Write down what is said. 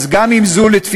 אז גם אם לתפיסתך,